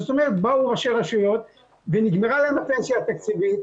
זאת אומרת באו ראשי רשויות ונגמרה להם הפנסיה התקציבית,